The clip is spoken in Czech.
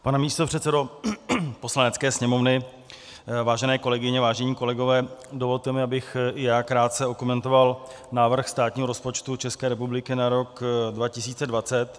Pane místopředsedo Poslanecké sněmovny, vážené kolegyně, vážení kolegové, dovolte mi, abych i já krátce okomentoval návrh státního rozpočtu České republiky na rok 2020.